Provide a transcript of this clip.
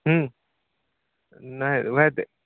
हूँ नहि ओहए तऽ